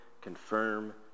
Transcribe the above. confirm